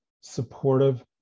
supportive